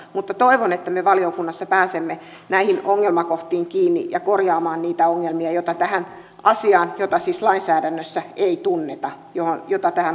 mutta toivon että me valiokunnassa pääsemme näihin ongelmakohtiin kiinni ja korjaamaan niitä ongelmia joita tähän asiaan jota siis lainsäädännössä ei tunneta sisältyy